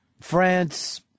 France